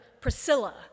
Priscilla